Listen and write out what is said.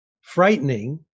frightening